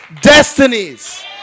destinies